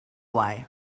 why